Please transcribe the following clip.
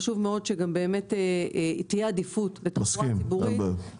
חשוב מאוד שגם באמת תהיה עדיפות בתחבורה ציבורית.